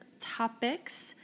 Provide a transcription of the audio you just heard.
topics